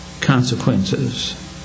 consequences